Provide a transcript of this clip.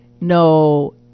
no